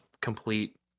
complete